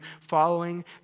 following